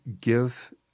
give